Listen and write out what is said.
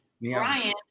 Brian